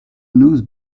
lose